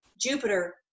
Jupiter